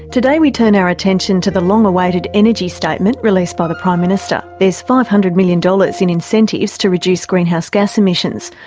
today we turn our attention to the long-awaited energy statement released by the prime minister. there's five hundred million dollars in incentives to reduce greenhouse gas emissions,